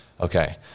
okay